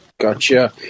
Gotcha